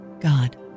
God